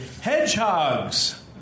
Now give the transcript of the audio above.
Hedgehogs